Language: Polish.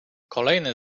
kolejne